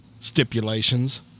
stipulations